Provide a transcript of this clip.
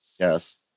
Yes